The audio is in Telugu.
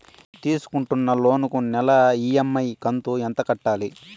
తీసుకుంటున్న లోను కు నెల ఇ.ఎం.ఐ కంతు ఎంత కట్టాలి?